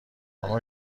اما